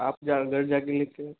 आप घर जाके लेके